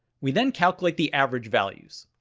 we then calculate the average values.